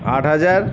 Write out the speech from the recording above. আট হাজার